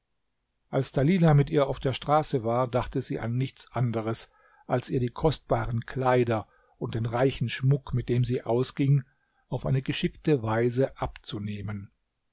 als dalilah mit ihr auf der straße war dachte sie an nichts anderes als ihr die kostbaren kleider und den reichen schmuck mit dem sie ausging auf eine geschickte weise abzunehmen